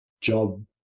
job